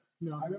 no